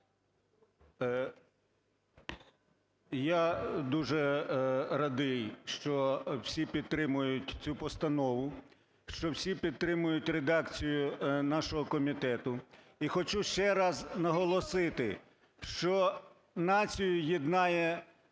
Я дуже радий, що всі підтримують цю постанову, що всі підтримують редакцію нашого комітету. І хочу ще раз наголосити, що націю єднає